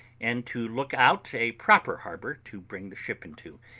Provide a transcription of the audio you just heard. and to look out a proper harbour to bring the ship into,